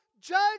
judge